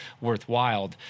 worthwhile